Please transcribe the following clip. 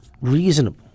reasonable